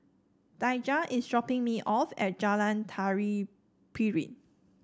Daija is dropping me off at Jalan Tari Piring